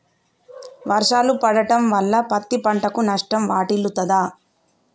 వర్షాలు పడటం వల్ల పత్తి పంటకు నష్టం వాటిల్లుతదా?